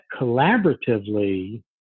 collaboratively